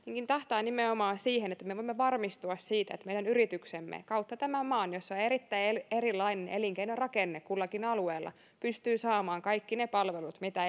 tähtää nimenomaan siihen että me voimme varmistua siitä että meidän yrityksemme kautta maan jossa on erittäin erilainen elinkeinorakenne kullakin alueella pystyvät saamaan kaikki ne palvelut mitä